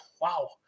wow